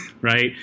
Right